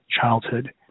childhood